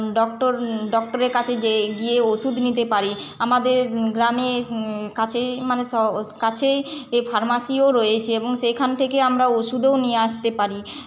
doctor ডক্টরের কাছে যেয়ে গিয়ে ওষুধ নিতে পারি আমাদের গ্রামে কাছেই কাছেই মানে ফার্মাসিও রয়েছে এবং সেইখান থেকে আমরা ওষুধও নিয়ে আসতে পারি